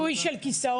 יידוי של כיסאות.